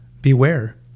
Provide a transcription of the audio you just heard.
beware